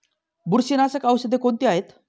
बुरशीनाशक औषधे कोणती आहेत?